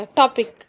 topic